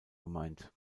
gemeint